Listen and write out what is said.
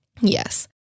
Yes